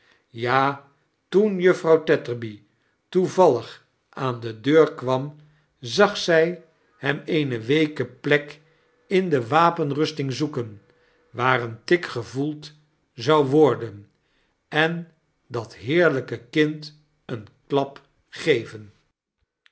ja toen juf frouw tetterby toevallig aan de deur kwam ag zij hem eene chaeles dickens weeke plek ia de wapenrusting zoeken waar een tik gevoeld zou worden en dat heerlijke kind een klap geven